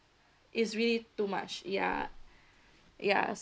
is really too much ya yes